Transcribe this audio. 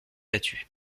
battus